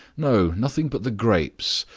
no, nothing but the grapes.